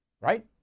right